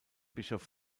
bischof